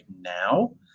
now